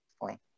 point